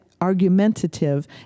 argumentative